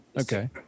Okay